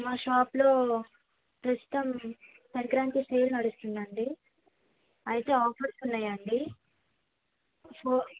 మా షాప్లో ప్రస్తుతం సంక్రాంతి సేల్ నడుస్తుందండి అయితే ఆఫర్స్ ఉన్నాయండి